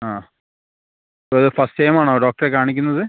ആ ഇത് first time ആണോ ഡോക്ടറെ കാണിക്കുന്നത്